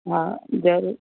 हा जरूर